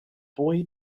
boy